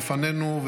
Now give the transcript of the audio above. בפנינו,